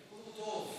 הכיוון הוא טוב,